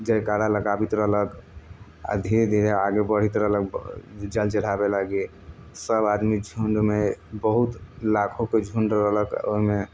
जयकारा लगाबैत रहलक आ धीरे धीरे आगे बढ़ैत रहलक जल चढ़ाबय लागि सभआदमी झुंडमे बहुत लाखोंके झुंड रहलक ओहिमे